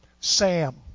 Sam